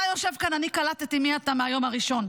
אתה יושב כאן, ואני קלטתי מי אתה מהיום הראשון.